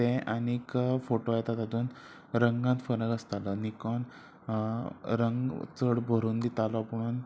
तें आनीक फोटो येता तातूंत रंगांत फरक आसतालो निकोन रंग चड भरून दितालो पुणून